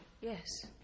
Yes